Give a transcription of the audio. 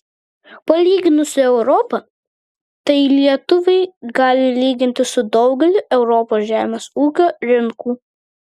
palyginus su europa tai lietuviai gali lygintis su daugeliu europos žemės ūkio rinkų